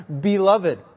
beloved